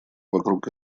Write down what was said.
вокруг